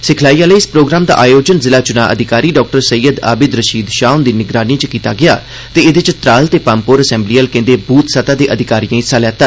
सिखाई आह्ले इस प्रोग्राम दा आयोजन जिला चुनां अधिकारी डाक्टर सैय्यद आबिद रशीद शाह हुंदी निगरानी च कीता गेआ ते एह्दे च त्राल ते पाम्पोर असैम्बली हलकें दे बूथ सतह दे अधिकारी हिस्सा लैता